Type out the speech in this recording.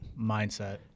Mindset